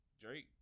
Drake